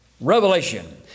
revelation